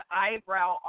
eyebrow